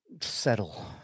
Settle